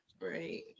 Right